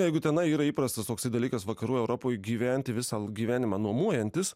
jeigu tenai yra įprastas toksai dalykas vakarų europoj gyventi visą gyvenimą nuomojantis